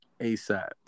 ASAP